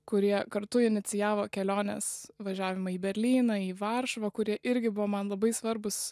kurie kartu inicijavo keliones važiavimą į berlyną į varšuvą kurie irgi buvo man labai svarbūs